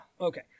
Okay